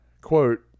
Quote